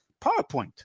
powerpoint